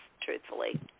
truthfully